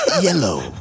Yellow